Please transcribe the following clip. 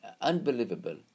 unbelievable